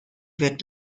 wird